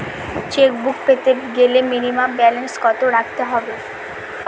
Chequebook পেতে গেলে minimum balance কত রাখতে হবে?